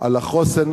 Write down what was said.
על החוסן